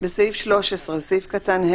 בסעיף 2(ד)